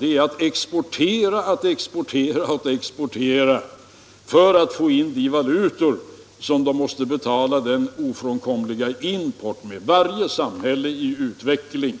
Jo, att exportera, exportera och exportera för att få in de valutor som de måste betala den ofrånkomliga importen med. Varje samhälle i utveckling